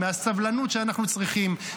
מהסבלנות שאנחנו צריכים,